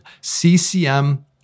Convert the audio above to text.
CCM